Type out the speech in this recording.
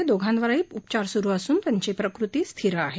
या दोघांवर उपचार सुरू असून त्यांची प्रकृती स्थिर आहे